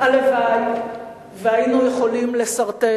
הלוואי שהיינו יכולים לסרטט